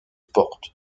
porte